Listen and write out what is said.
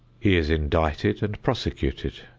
he is indicted and prosecuted.